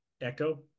Echo